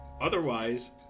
Otherwise